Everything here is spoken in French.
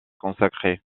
consacré